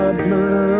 blood